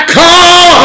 call